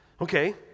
Okay